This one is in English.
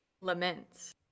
laments